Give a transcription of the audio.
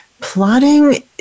plotting